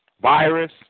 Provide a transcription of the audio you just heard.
Virus